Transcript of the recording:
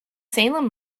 salem